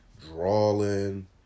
drawing